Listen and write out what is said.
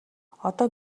одоо